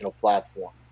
platform